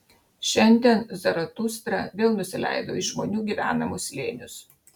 šiandien zaratustra vėl nusileido į žmonių gyvenamus slėnius